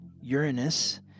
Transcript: Uranus